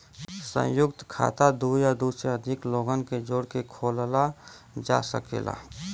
संयुक्त खाता दू या दू से अधिक लोगन के जोड़ के खोलल जा सकेला